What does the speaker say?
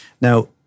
Now